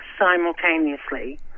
simultaneously